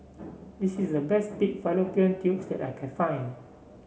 this is the best Pig Fallopian Tubes that I can find